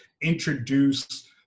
introduce